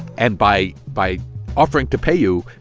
and by by offering to pay you,